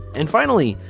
and finally,